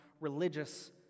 religious